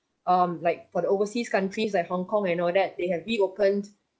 um like for the overseas countries like hong kong and all that they have reopened